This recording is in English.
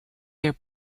their